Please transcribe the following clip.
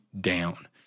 down